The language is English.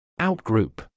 Outgroup